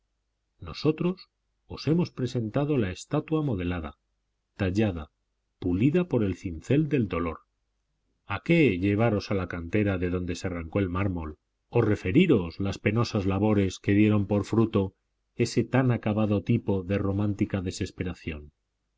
nosotros os hemos presentado la estatua modelada tallada pulida por el cincel del dolor a qué llevaros a la cantera de donde se arrancó el mármol o referiros las penosas labores que dieron por fruto ese tan acabado tipo de romántica desesperación